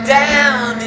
down